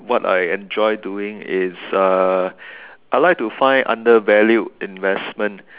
what I enjoy doing is uh I like to find undervalued investment